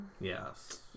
Yes